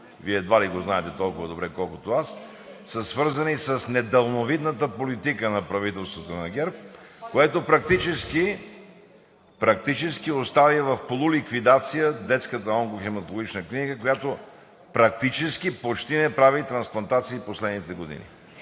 Вие едва ли го знаете толкова добре, колкото аз, са свързани с недалновидната политика на правителството на ГЕРБ, което практически остави в полуликвидация Детската онкохематологична клиника, която практически почти не прави трансплантации в последните години.